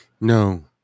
No